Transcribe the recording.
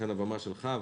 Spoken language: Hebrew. הבמה שלך.